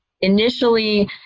initially